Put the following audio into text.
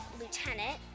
lieutenant